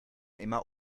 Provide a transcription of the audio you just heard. immer